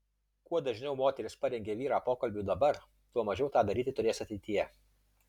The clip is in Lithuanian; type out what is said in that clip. kuo dažniau moteris parengia vyrą pokalbiui dabar tuo mažiau tą daryti turės ateityje